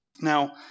Now